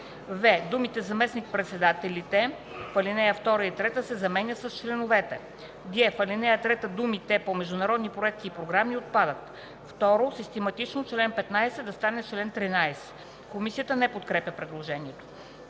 в) думите „заместник-председателите” в ал. 2 и 3 се заменят с „членовете”; г) в ал. 3 думите „по международни проекти и програми” отпадат. 2. Систематично чл. 15 да стане чл. 13”. Комисията не подкрепя предложението.